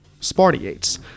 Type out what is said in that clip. Spartiates